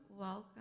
welcome